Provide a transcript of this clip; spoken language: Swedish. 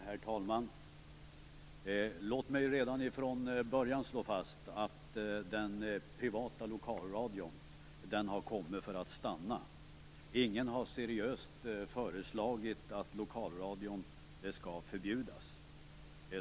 Herr talman! Låt mig redan från början slå fast att den privata lokalradion har kommit för att stanna. Ingen har seriöst föreslagit att lokalradion skall förbjudas.